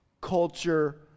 culture